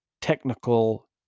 technical